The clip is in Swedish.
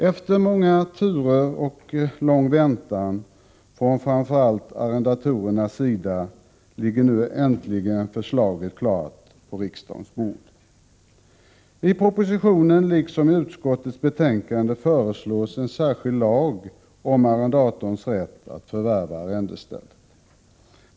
Efter många turer och en lång väntan från framför allt arrendatorernas sida ligger nu äntligen förslaget klart på riksdagens bord. I propositionen liksom i utskottets betänkande föreslås en särskild lag om arrendators rätt att förvärva arrendestället.